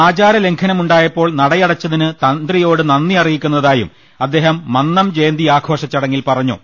ആചാ രലംഘനമുണ്ടായപ്പോൾ നടയടച്ചതിന് തന്ത്രിയോട് നന്ദി അറിയിക്കുന്ന തായും അദ്ദേഹം മന്നം ജയന്തി ആഘോഷചടങ്ങിൽ പറഞ്ഞു